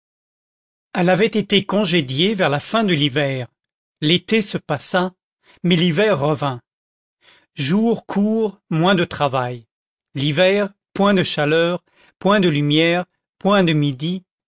elle avait été congédiée vers la fin de l'hiver l'été se passa mais l'hiver revint jours courts moins de travail l'hiver point de chaleur point de lumière point de midi